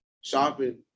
shopping